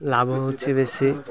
ଲାଭ ହେଉଛି ବେଶୀ